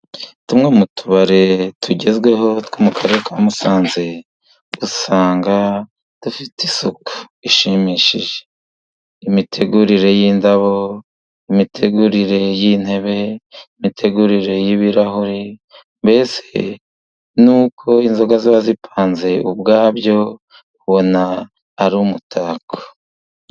Tumwe mu tubari tugezweho two mu karere ka Musanze, usanga dufite isuku ishimishije, imitegurire y'indabo, imitegurire y'intebe n'imitegurire y'ibirahuri, mbese n'uko inzoga ziba zipanze ubwabyo ubona ari umutako.